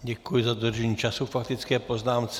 Děkuji za dodržení času k faktické poznámce.